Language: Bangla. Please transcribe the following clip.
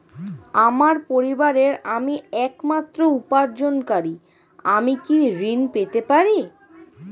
আমার পরিবারের আমি একমাত্র উপার্জনকারী আমি কি ঋণ পেতে পারি?